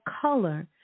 color